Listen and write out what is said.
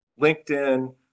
LinkedIn